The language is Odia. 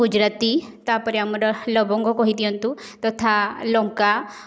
ଗୁଜୁରାତି ତାପରେ ଆମର ଲବଙ୍ଗ କହିଦିଅନ୍ତୁ ତଥା ଲଙ୍କା